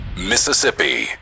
Mississippi